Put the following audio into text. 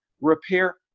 repair